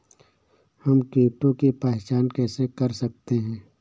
हम कीटों की पहचान कैसे कर सकते हैं?